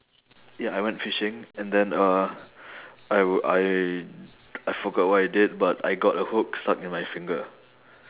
ya I went fishing and then uh I I I forgot what I did but I got a hook stuck in my finger